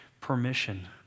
permission